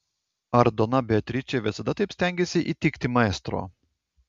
ar dona beatričė visada taip stengėsi įtikti maestro